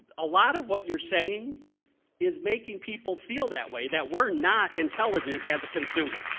a lot of what you're saying is making people feel that way, that we're not intelligent as a consumer.